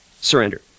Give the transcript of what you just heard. Surrender